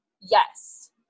Yes